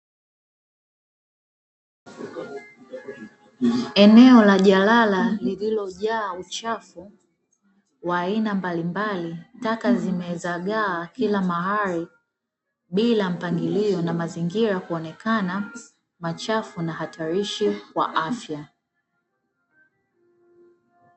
Eneo la jalala lililojaa uchafu wa aina mbalimbali, taka zimezagaa kila mahali bila mpangilio, na mazingira kuonekana machafu na hatarishi kwa afya.